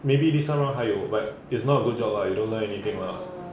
maybe this time round 还有 but it's not good job lah you don't learn anything lah